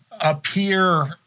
appear